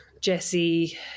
Jesse